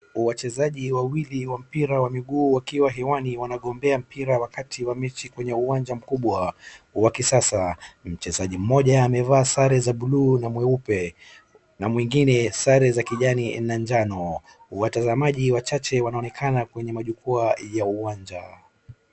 Wachezaji wawili wa mpira wa miguu wakiwa hewani wanagombea mpira wakati wa mechi kwenye uwanja mkubwa wa kisasa. Mchezaji mmoja amevaa sare za bluu na mweupe. Na mwingine sare za kijani na jano. Watazamaji wachache wanaonekana kwenye majukwaa ya uwanja.